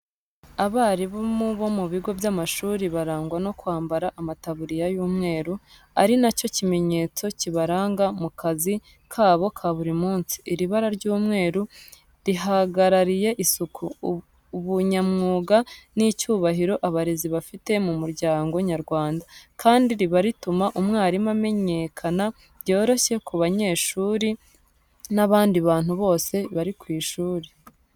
Abarimu bo mu bigo by’amashuri barangwa no kwambara amataburiya y’umweru, ari nacyo kimenyetso kibaranga mu kazi kabo ka buri munsi. Iri bara ry’umweru rihagarariye isuku, ubunyamwuga n’icyubahiro abarezi bafite mu muryango nyarwanda. Kandi, riba rituma umwarimu amenyekana byoroshye ku banyeshuri n’abandi bantu bose bari ku ishuri.